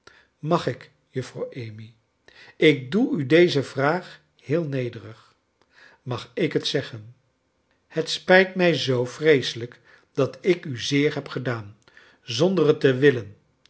mag ik juffrouw amy ik doe u deze vraag heel nederig mag ik het zeggen het spijt mij zoo j vreeselijk dat ik a zeer heb gedaan zonder het te willen